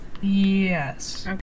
Yes